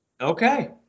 Okay